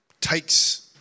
takes